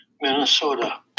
Minnesota